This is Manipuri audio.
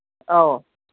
ꯑꯧ